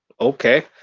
Okay